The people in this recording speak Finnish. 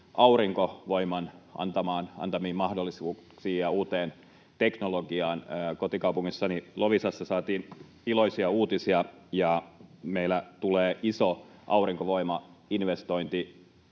aurinkovoiman antamiin mahdollisuuksiin ja uuteen teknologiaan. Kotikaupungissani Loviisassa saatiin iloisia uutisia, ja meille tulee iso aurinkovoimainvestointi.